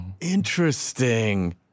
interesting